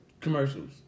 commercials